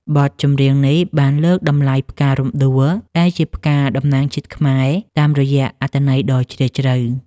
បទចម្រៀងនេះបានលើកតម្លៃផ្ការំដួល ដែលជាផ្កាតំណាងជាតិខ្មែរ តាមរយៈអត្ថន័យដ៏ជ្រាលជ្រៅ។